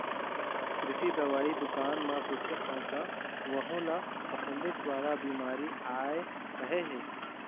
कृषि दवई दुकान म पूछे हव त वहूँ ल फफूंदेच वाला बिमारी आय कहे हे